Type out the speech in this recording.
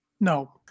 No